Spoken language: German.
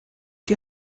die